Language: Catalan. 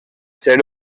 ser